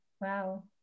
Wow